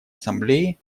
ассамблеи